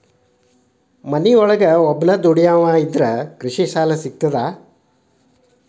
ಒಬ್ಬನೇ ಮನಿಯೊಳಗ ದುಡಿಯುವಾ ಇದ್ರ ಕೃಷಿ ಸಾಲಾ ಸಿಗ್ತದಾ?